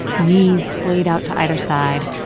knees splayed out to either side,